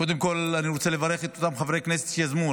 קודם כול אני רוצה לברך את אתם חברי כנסת שיזמו,